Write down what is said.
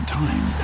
time